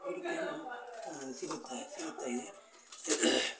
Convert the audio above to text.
ಬೇಡಿಕೆನೂ ಸಿಗುತ್ತೆ ಸಿಗುತ್ತಾ ಇದೆ